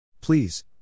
Please